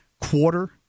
quarter